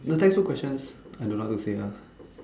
the textbook questions I don't know how to say ah